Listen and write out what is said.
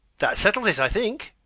that settles it, i think.